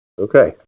Okay